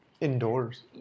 indoors